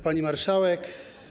Pani Marszałek!